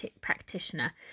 practitioner